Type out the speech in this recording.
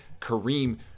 Kareem